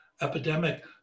epidemic